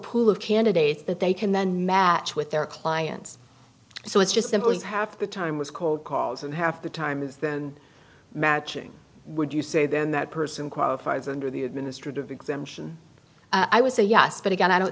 pool of candidates that they can then match with their clients so it's just simple is half the time was called cause and half the time is then matching would you say then that person qualifies under the administrative exemption i would say yes but again i don't